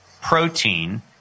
protein